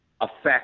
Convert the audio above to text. affect